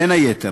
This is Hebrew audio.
בין היתר,